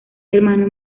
hermano